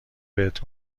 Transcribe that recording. بهت